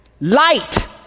Light